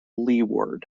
leeward